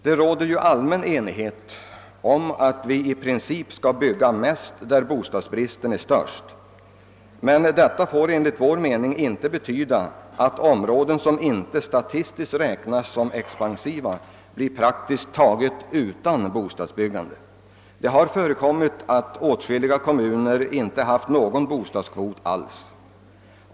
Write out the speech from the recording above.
Det råder allmän enighet om att vi i princip skall bygga mest där bostadsbristen är störst, men detta får enligt vår mening inte betyda att områden, som inte statistiskt räknas som expansiva, praktiskt taget blir utan bostadsbyggande. Det har förekommit att åtskilliga kommu ner inte haft någon bostadskvot alls.